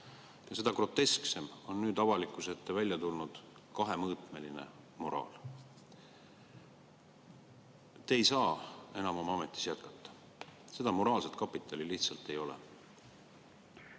Seda grotesksem on nüüd avalikkuse ette tulnud kahemõõtmeline moraal. Te ei saa oma ametis enam jätkata. Seda moraalset kapitali lihtsalt ei ole.